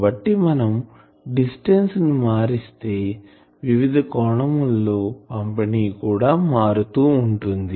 కాబట్టి మనం డిస్టెన్స్ ని మారిస్తే వివిధ కోణముల్లో పంపిణి కూడా మారుతూ ఉంటుంది